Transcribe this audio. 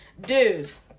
Dudes